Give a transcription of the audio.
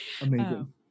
Amazing